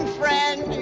friend